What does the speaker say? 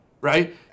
right